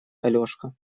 алешка